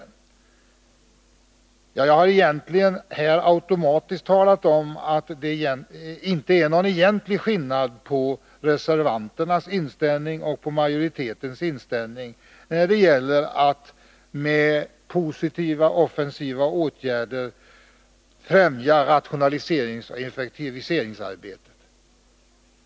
Jag har med detta egentligen redan talat om att det inte är någon väsentlig skillnad mellan reservanternas och majoritetens inställning när det gäller att med positiva och offensiva åtgärder främja rationaliseringsoch effektiviseringsarbetet.